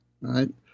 right